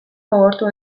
gogortu